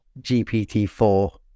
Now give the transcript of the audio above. GPT-4